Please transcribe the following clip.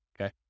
Okay